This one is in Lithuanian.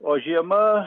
o žiema